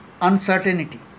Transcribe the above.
uncertainty